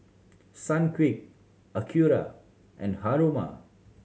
Sunquick Acura and Haruma